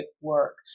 work